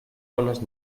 bones